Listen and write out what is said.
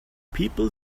people